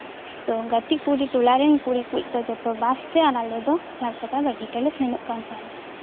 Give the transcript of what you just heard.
ᱛᱳ ᱜᱟᱛᱮ ᱠᱩᱲᱤ ᱴᱚᱞᱟ ᱨᱮᱱ ᱠᱩᱲᱤ ᱠᱚᱫᱚ ᱵᱟᱥ ᱛᱮ ᱟᱞᱮ ᱫᱚ ᱪᱟᱨ ᱪᱟᱠᱟ ᱜᱟᱹᱰᱤ ᱛᱮᱞᱮ ᱥᱮᱱᱚᱜ ᱠᱟᱱ ᱛᱟᱸᱦᱮᱱᱟ